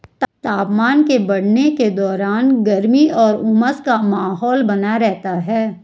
तापमान के बढ़ने के दौरान गर्मी और उमस का माहौल बना रहता है